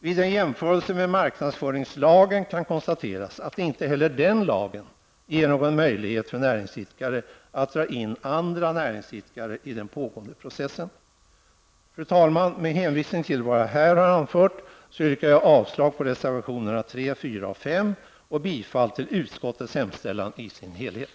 Vid en jämförelse med markndsföringslagen kan konstateras att inte heller den lagen ger någon möjlighet för näringsidkare att dra in andra näringsidkare i pågående process. Fru talman! Med hänvisning till vad jag här anfört yrkar jag avslag på reservationerna 3, 4 och 5 och bifall till utskottets hemställan i dess helhet.